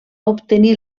obtenir